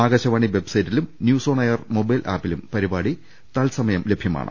ആകാശവാണി വെബ്സൈറ്റിലും news on air mobile ആപ്പിലും പരിപാടി തത്സമയം ലഭ്യമാണ്